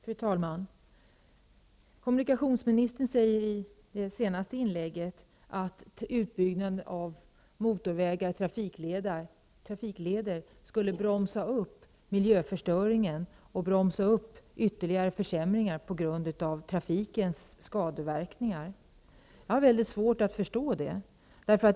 Fru talman! Kommunikationsministern sade i sitt senaste inlägg att utbyggnaden av motorvägar och trafikleder skulle bromsa upp miljöförstöringen och ytterligare försämringar på grund av trafikens skadeverkningar. Jag har mycket svårt att förstå detta.